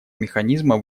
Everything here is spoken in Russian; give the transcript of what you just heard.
механизма